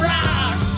Rock